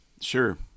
Sure